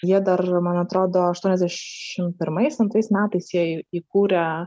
jie dar man atrodo aštuoniasdešimt pirmais antrais metais jie įkūrė